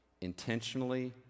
Intentionally